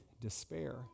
despair